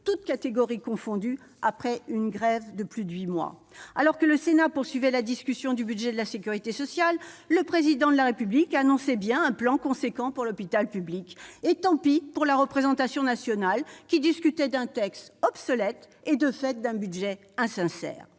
toutes catégories confondues, après une grève de plus de huit mois. Alors que le Sénat poursuivait la discussion du budget de la sécurité sociale, le Président de la République annonçait bien un « plan conséquent pour l'hôpital public ». Tant pis pour la représentation nationale qui discutait d'un texte obsolète et, de fait, d'un budget insincère.